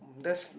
that's